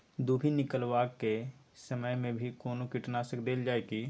दुभी निकलबाक के समय मे भी कोनो कीटनाशक देल जाय की?